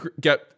get